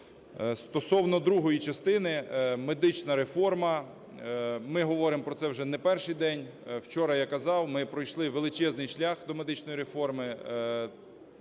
Стосовно другої частини. Медична реформа. Ми говоримо про це вже не перший день. Вчора я казав, ми пройшли величезний шлях до медичної реформи.